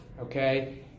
Okay